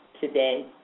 today